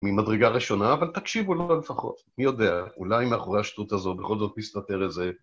ממדרגה ראשונה, אבל תקשיבו לו לפחות. מי יודע, אולי מאחורי השטות הזו בכל זאת מסתתר איזה